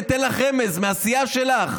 אני אתן לך רמז: מהסיעה שלך.